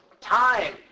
time